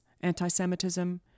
anti-Semitism